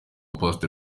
pastor